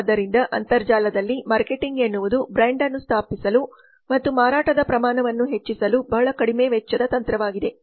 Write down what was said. ಆದ್ದರಿಂದ ಅಂತರ್ಜಾಲದಲ್ಲಿ ಮಾರ್ಕೆಟಿಂಗ್ ಎನ್ನುವುದು ಬ್ರಾಂಡ್ ಅನ್ನು ಸ್ಥಾಪಿಸಲು ಮತ್ತು ಮಾರಾಟದ ಪ್ರಮಾಣವನ್ನು ಹೆಚ್ಚಿಸಲು ಬಹಳ ಕಡಿಮೆ ವೆಚ್ಚದ ತಂತ್ರವಾಗಿದೆ